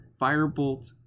Firebolt